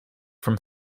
from